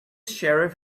sheriff